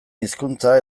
hizkuntza